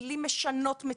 מילים משנות מציאות.